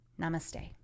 Namaste